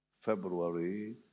February